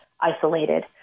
isolated